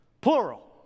plural